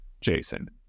Jason